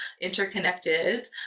interconnected